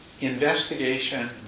investigation